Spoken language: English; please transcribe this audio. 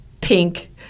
Pink